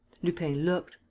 lupin looked.